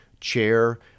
chair